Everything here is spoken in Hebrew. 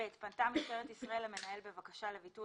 פנתה משטרת ישראל למנהל בבקשה לביטול